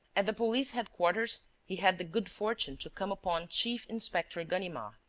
at the police headquarters he had the good fortune to come upon chief-inspector ganimard